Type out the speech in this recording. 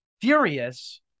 furious